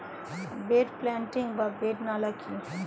Bed planting বা bed নালা কি?